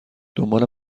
دنبال